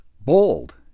Bold